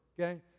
Okay